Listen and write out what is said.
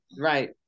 Right